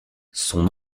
son